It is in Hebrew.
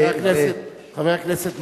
חבר הכנסת מטלון,